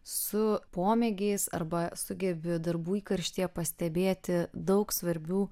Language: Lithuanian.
su pomėgiais arba sugebi darbų įkarštyje pastebėti daug svarbių